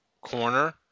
corner